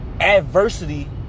adversity